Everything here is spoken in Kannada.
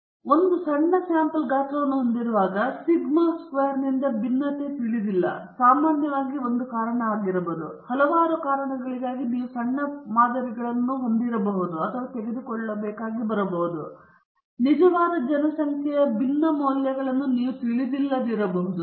ಈಗ ನೀವು ಒಂದು ಸಣ್ಣ ಸ್ಯಾಂಪಲ್ ಗಾತ್ರವನ್ನು ಹೊಂದಿರುವಾಗ ಮತ್ತು ಸಿಗ್ಮಾ ಸ್ಕ್ವೇರ್ನ ಭಿನ್ನತೆ ತಿಳಿದಿಲ್ಲ ಇದು ಸಾಮಾನ್ಯವಾಗಿ ಒಂದು ಕಾರಣವಾಗಬಹುದು ಹಲವಾರು ಕಾರಣಗಳಿಗಾಗಿ ನೀವು ಸಣ್ಣ ಮಾದರಿಗಳನ್ನು ತೆಗೆದುಕೊಳ್ಳಬೇಕಾಗಿ ಬಂತು ಮತ್ತು ನೀವು ನಿಜವಾದ ಜನಸಂಖ್ಯೆಯ ಭಿನ್ನ ಮೌಲ್ಯವನ್ನು ತಿಳಿದಿಲ್ಲದಿರಬಹುದು